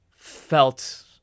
Felt